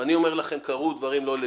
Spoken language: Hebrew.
ואני אומר לכם שקרו דברים לא לגיטימיים.